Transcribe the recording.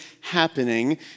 happening